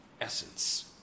essence